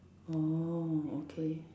oh okay